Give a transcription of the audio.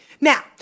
Now